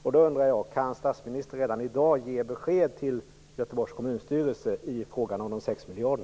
Jag undrar om statsministern redan i dag kan ge besked till Göteborgs kommunstyrelse i frågan om de